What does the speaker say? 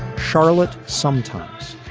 charlotte sometimes.